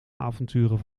avonturen